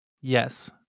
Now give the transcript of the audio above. Yes